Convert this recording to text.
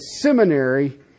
seminary